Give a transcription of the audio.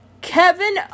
Kevin